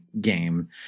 game